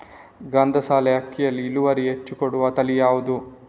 ಗಂಧಸಾಲೆ ಅಕ್ಕಿಯಲ್ಲಿ ಇಳುವರಿ ಹೆಚ್ಚು ಕೊಡುವ ತಳಿ ಯಾವುದು?